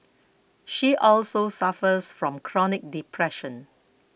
she also suffers from chronic depression